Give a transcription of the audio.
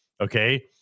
Okay